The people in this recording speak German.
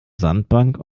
sandbank